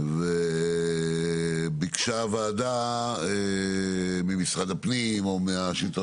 וביקשה הוועדה ממשרד הפנים או מהשלטון